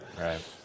Right